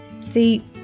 See